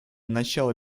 начало